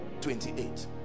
28